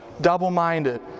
double-minded